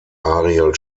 ariel